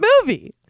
movie